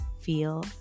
feel